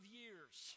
years